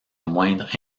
moindre